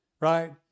right